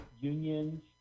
unions